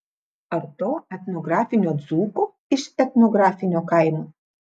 ar to etnografinio dzūko iš etnografinio kaimo